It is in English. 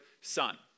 Son